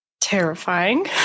Terrifying